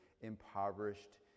impoverished